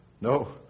No